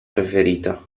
preferita